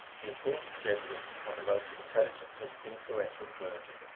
the imported jesuits are the most intelligent and influential clergy.